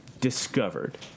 discovered